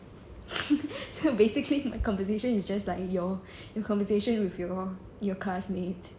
so basically my conversation is just like your your conversation with your your classmates